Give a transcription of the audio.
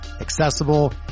accessible